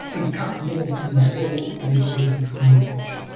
it cut more from the poor than it did from the rich.